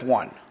one